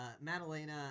Madalena